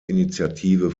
initiative